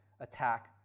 attack